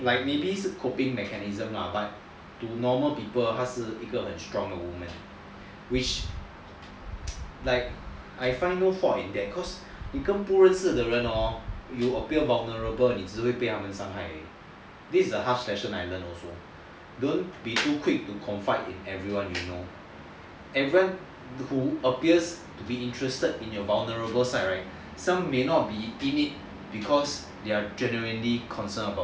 like maybe 是 coping mechanism lah but to normal people 他是一个很 strong 的 woman which like I find no fault in that cause 你跟不认识的人 hor you will appear honourable 你只会被他们伤害而已 this is a harsh lesson I learnt also don't be too quick to confront in everyone you know everyone who appears to be interested in your vulnerable side right some may not be in it because they are genuinely concerned about you